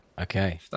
Okay